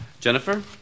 Jennifer